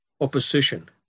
opposition